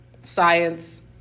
science